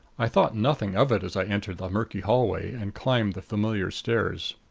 i thought nothing of it as i entered the murky hallway and climbed the familiar stairs.